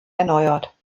erneuert